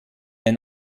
ein